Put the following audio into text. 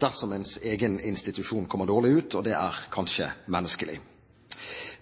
dersom ens egen institusjon kommer dårlig ut – og det er kanskje menneskelig.